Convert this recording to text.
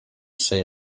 say